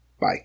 Bye